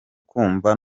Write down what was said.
kumva